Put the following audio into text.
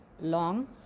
Long